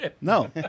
No